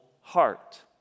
heart